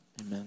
Amen